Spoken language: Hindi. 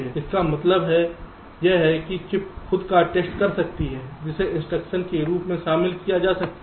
इसका मतलब यह है कि चिप खुद का टेस्ट कर सकती है जिसे इंस्ट्रक्शन के रूप में शामिल किया जा सकता है